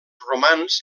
romans